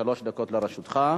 שלוש דקות לרשותך.